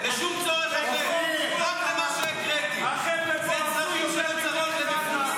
זה יהיה תקציב 2025. מה שאנחנו מצביעים עכשיו,